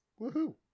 Woohoo